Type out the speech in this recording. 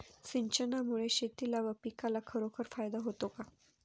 सिंचनामुळे शेतीला व पिकाला खरोखर फायदा होतो का?